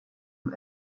you